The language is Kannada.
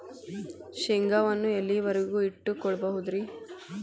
ಶೇಂಗಾವನ್ನು ಎಲ್ಲಿಯವರೆಗೂ ಇಟ್ಟು ಕೊಳ್ಳಬಹುದು ರೇ?